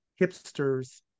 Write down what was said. hipsters